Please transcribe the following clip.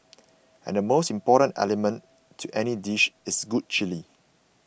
and the most important element to any dish is good chilli